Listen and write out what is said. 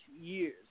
years